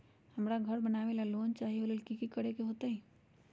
हमरा घर बनाबे ला लोन चाहि ओ लेल की की करे के होतई?